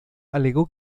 alegó